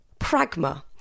Pragma